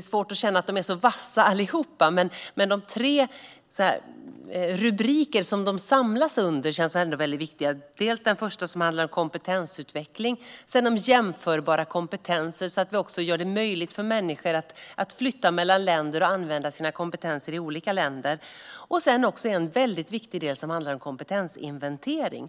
som särskilt vassa allihop, men de tre rubriker de samlas under känns väldigt viktiga. Den första handlar om kompetensutveckling, och den andra handlar om jämförbara kompetenser - så att vi också gör det möjligt för människor att flytta mellan länder och använda sina kompetenser i olika länder. Ny kompetensagenda för Europa Den tredje och väldigt viktiga delen är den om kompetensinventering.